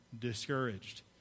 discouraged